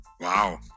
Wow